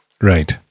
Right